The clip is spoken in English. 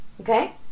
Okay